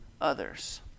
others